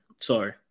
Sorry